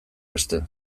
beste